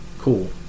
Cool